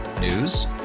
News